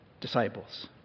disciples